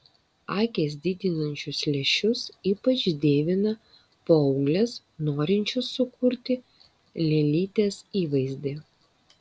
akis didinančius lęšius ypač dievina paauglės norinčios sukurti lėlytės įvaizdį